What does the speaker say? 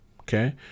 Okay